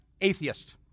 atheist